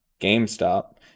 GameStop